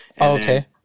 Okay